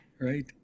Right